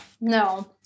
No